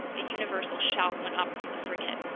a universal shout went up from the frigate.